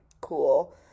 cool